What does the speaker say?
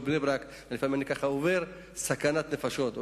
לפעמים אני ככה עובר בבני-ברק, זאת סכנת נפשות.